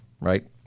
right